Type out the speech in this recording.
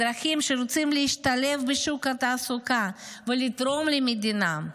אזרחים שרוצים להשתלב בשוק התעסוקה ולתרום למדינה,